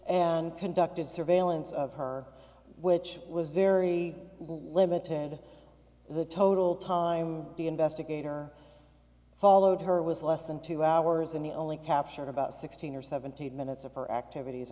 and conducted surveillance of her which was very limited the total time the investigator followed her was less than two hours and the only captured about sixteen or seventeen minutes of her activities